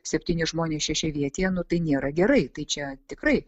septyni žmonės šešiavietėje nu tai nėra gerai tai čia tikrai